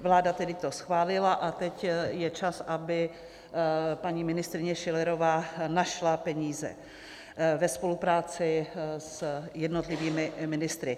Vláda to tedy schválila a teď je čas, aby paní ministryně Schillerová našla peníze ve spolupráci s jednotlivými ministry.